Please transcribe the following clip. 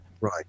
Right